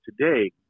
today